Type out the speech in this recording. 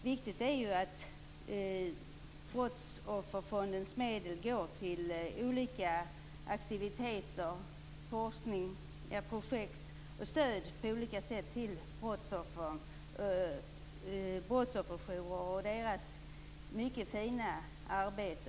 Viktigt är att Brottsofferfondens medel går till olika aktiviteter, forskning, projekt och stöd på olika sätt till brottsofferjourer och deras mycket fina arbete.